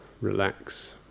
relax